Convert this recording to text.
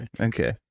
Okay